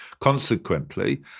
Consequently